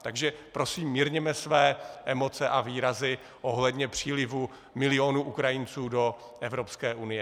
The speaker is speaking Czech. Takže prosím mírněme své emoce a výrazy ohledně přílivu milionů Ukrajinců do Evropské unie.